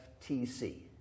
FTC